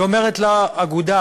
היא אומרת לאגודה,